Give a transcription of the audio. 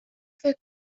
فکر